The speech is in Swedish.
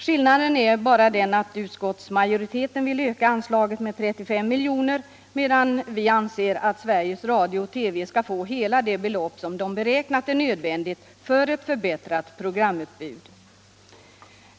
Skillnaden är bara den att utskottsmajoriteten vill öka anslaget med 35 milj.kr., medan vi anser att Sveriges Radio och TV skall få hela det belopp som man där anser nödvändigt för ett förbättrat programutbud.